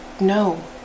no